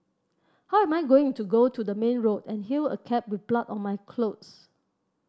how am I going to go to the main road and hail a cab with blood on my clothes